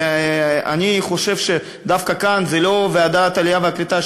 ואני חושב שדווקא כאן זה לא ועדת העלייה והקליטה,